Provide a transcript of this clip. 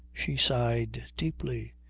she sighed deeply.